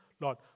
Lord